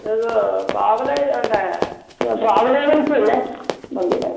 ഇത് travel agent ഞാൻ travel agency അല്ലേ വണ്ടിയുടെ